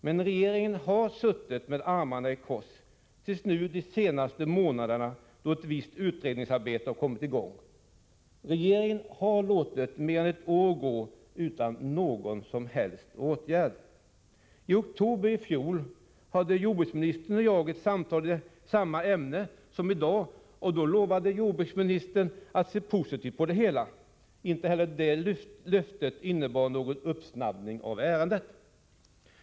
Men regeringen har suttit med armarna i kors utom under de senaste månaderna, då ett visst utredningsarbete har kommit i gång. Regeringen har låtit mer än ett år gå utan att vidta någon som helst åtgärd. I oktober i fjol hade jordbruksministern och jag ett samtal i samma ämne som i dag, och då lovade jordbruksministern att se positivt på det hela. Inte heller det löftet innebar emellertid något påskyndande av ärendet.